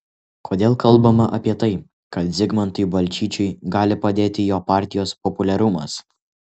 kodėl kalbama apie tai kad zigmantui balčyčiui gali padėti jo partijos populiarumas